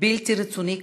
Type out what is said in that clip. בלתי רצוני.